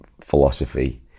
philosophy